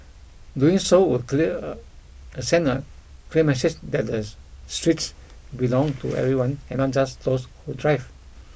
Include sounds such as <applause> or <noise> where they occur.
doing so would clear <hesitation> send a clear message that the streets belong to everyone and not just those who drive